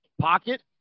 Pocket